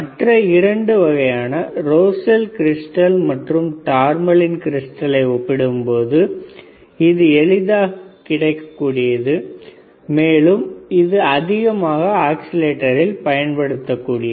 மற்ற இரண்டு வகையான ரோசெல் கிரிஸ்டல் மற்றும் டார்மலின் கிரிஸ்டலை ஒப்பிடும் பொழுது இது எளிதாக கிடைக்கக்கூடியது மேலும் இது அதிகமாக ஆஸிலேட்டரில் பயன்படுத்தப்படக் கூடியது